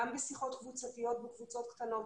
גם בשיחות קבוצתיות בקבוצות קטנות,